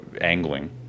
angling